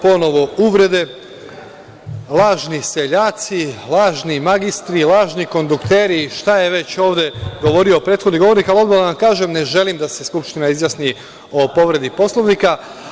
Ponovo uvrede, lažni seljaci, lažni magistri, lažni kondukteri i šta je već ovde govorio prethodni govornik, ali odmah da vam kažem da ne želim da se Skupština izjasni o povredi Poslovnika.